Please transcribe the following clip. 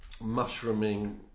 mushrooming